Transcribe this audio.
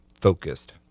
focused